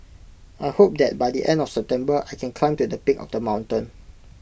I hope that by the end of September I can climb to the peak of the mountain